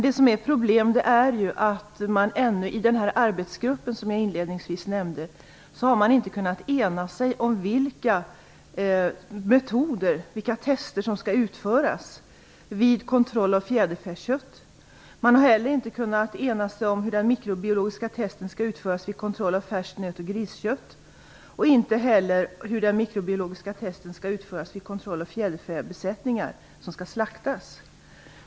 Det som är problemet är att man i den arbetsgrupp som jag inledningsvis nämnde inte har kunnat ena sig om vilka tester som skall utföras vid kontroll av fjäderfäkött. Man har inte kunnat ena sig om hur det mikrobiologiska testet skall utföras vid kontroll av färskt nöt och griskött eller av fjäderfäbesättningar som skall slaktas.